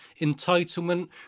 entitlement